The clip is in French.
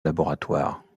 laboratoire